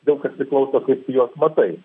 daug kas priklauso kaip tu juos matai